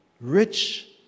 Rich